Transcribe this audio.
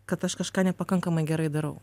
kad aš kažką nepakankamai gerai darau